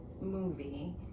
movie